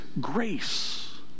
grace